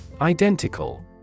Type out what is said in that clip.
Identical